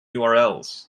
urls